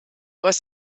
aus